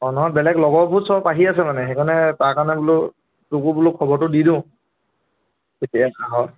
অঁ নহয় বেলেগ লগৰবোৰ সব আহি আছে মানে সেইকাৰণে তাৰ কাৰণে বোলো তোকো বোলো খবৰটো দি দিওঁ কেতিয়া আহ